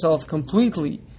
completely